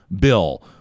bill